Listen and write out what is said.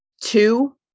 two